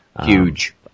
Huge